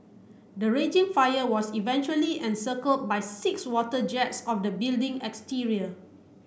the raging fire was eventually encircled by six water jets of the building exterior